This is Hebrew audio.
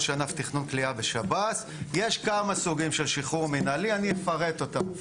יש כמה סוגים של שחרור מנהלי, אני אפרט אותם.